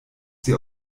sie